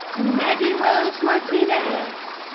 maggierose martinez.